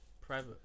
private